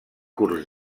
curs